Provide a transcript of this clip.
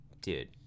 Dude